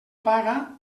paga